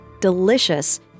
delicious